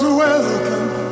welcome